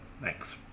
Thanks